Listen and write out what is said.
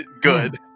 good